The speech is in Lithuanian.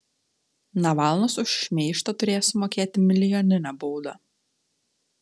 navalnas už šmeižtą turės sumokėti milijoninę baudą